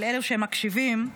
של אלה שמקשיבים -- אני מקשיב.